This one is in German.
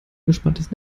gespanntes